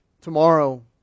tomorrow